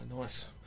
Nice